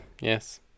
Yes